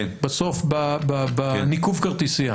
בסוף, בניקוב הכרטיסייה.